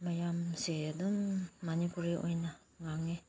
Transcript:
ꯃꯌꯥꯝꯁꯦ ꯑꯗꯨꯝ ꯃꯅꯤꯄꯨꯔꯤ ꯑꯣꯏꯅ ꯉꯥꯡꯉꯦ